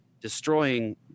destroying